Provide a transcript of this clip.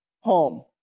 home